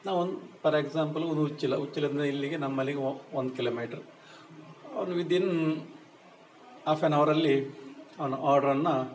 ನಾವೊಂದು for example ಊರು ಉಚ್ಚಿಲ ಉಚ್ಚಿಲದಿಂದ ಇಲ್ಲಿಗೆ ನಮ್ಮಲ್ಲಿಗೆ ಒಂದು ಕಿಲೋಮೀಟ್ರ್ ಅವ್ರು ವಿದ್ ಇನ್ ಆಫ್ ಆ್ಯನ್ ಅವರಲ್ಲಿ ನನ್ನ ಆರ್ಡ್ರನ್ನು